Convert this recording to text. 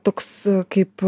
toks kaip